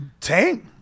Tank